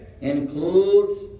includes